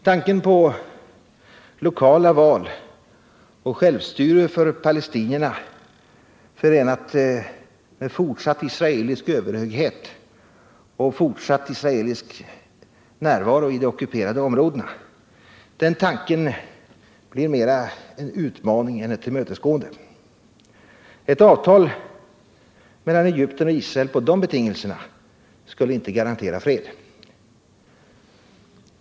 Tanken på lokala val och självstyrelse för palestinierna, förenat med fortsatt israelisk överhöghet och fortsatt israelisk närvaro i de ockuperade områdena, blir mera en utmaning än ett tillmötesgående. Ett avtal mellan Egypten och Israel på de betingelserna skulle inte garantera fred.